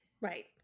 Right